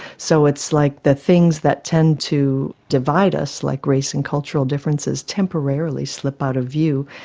so it's like the things that tend to divide us, like race and cultural differences, temporarily slip out of view,